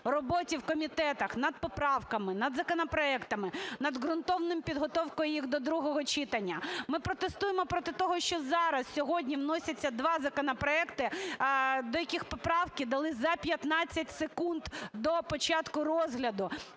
роботі в комітетах над поправками, над законопроектами, над ґрунтовною підготовкою їх до другого читання. Ми протестуємо проти того, що зараз, сьогодні вносяться два законопроекти, до яких поправки дали за 15 секунд до початку розгляду.